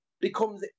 becomes